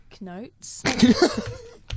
notes